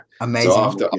Amazing